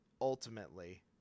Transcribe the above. ultimately